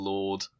Lord